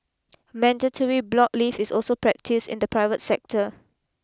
mandatory block leave is also practised in the private sector